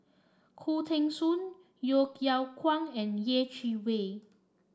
Khoo Teng Soon Yeo Yeow Kwang and Yeh Chi Wei